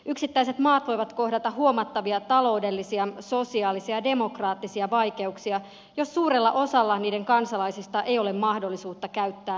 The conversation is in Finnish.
yksittäiset maat voivat kohdata huomattavia taloudellisia sosiaalisia ja demokraattisia vaikeuksia jos suurella osalla niiden kansalaisista ei ole mahdollisuutta käyttää nettiä